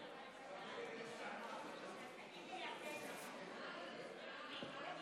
ופירוקם, התש"ף 2020, לא נתקבלה.